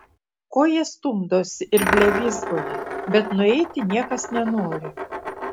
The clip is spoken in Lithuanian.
ko jie stumdosi ir blevyzgoja bet nueiti niekas nenori